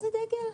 איזה דגל?